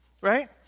right